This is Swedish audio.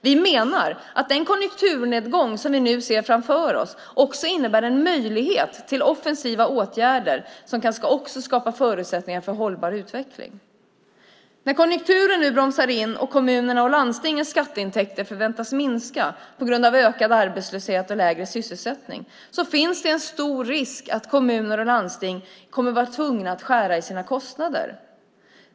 Vi menar att den konjunkturnedgång som vi nu ser framför oss innebär en möjlighet till offensiva åtgärder som också kan skapa förutsättningar för hållbar utveckling. När konjunkturen nu bromsar in och kommunernas och landstingens skatteintäkter förväntas minska på grund av ökad arbetslöshet och lägre sysselsättning finns det en stor risk att kommuner och landsting kommer att bli tvungna att skära i sina kostnader.